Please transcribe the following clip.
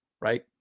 right